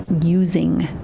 using